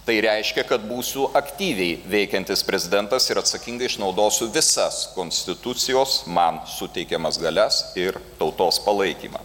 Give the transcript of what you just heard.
tai reiškia kad būsiu aktyviai veikiantis prezidentas ir atsakingai išnaudosiu visas konstitucijos man suteikiamas galias ir tautos palaikymą